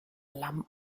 lamm